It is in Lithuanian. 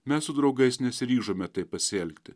mes su draugais nesiryžome taip pasielgti